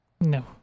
no